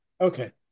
Okay